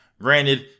Granted